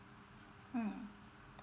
mm